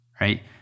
right